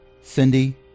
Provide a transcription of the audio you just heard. Cindy